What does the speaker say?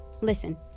listen